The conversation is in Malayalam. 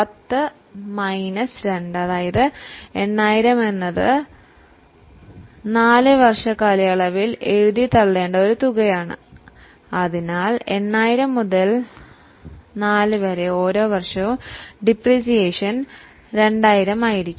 10000 മൈനസ് 2000 8000 ആണ് അതിനർത്ഥം 8000 എന്നത് 4 വർഷ കാലയളവിലെ ഡിപ്രീസിയേഷൻ കോസ്റ്റാണ് 8000 ഡിവൈഡഡ് ബൈ 4 അങ്ങനെ ഓരോ വർഷവും ഡിപ്രീസിയേഷൻ 2000 ആയിരിക്കും